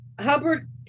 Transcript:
hubbard